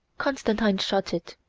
constantine shot it.